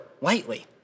lightly